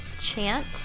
chant